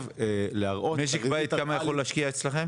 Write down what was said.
כמה משק בית יכול להשקיע אצלכם?